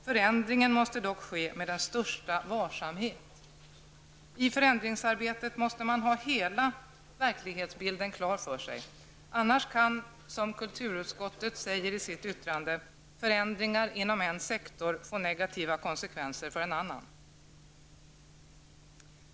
Förändringen måste dock ske med största varsamhet. I förändringsarbetet måste man ha hela verklighetsbilden klar för sig -- annars kan, som kulturutskottet säger i sitt yttrande, ''förändringar inom en sektor får negativa konsekvenser för en annan''.